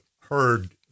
heard